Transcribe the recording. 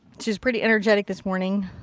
she was pretty energetic this morning.